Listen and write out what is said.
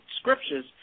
scriptures